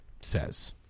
says